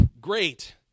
Great